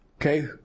okay